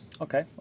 okay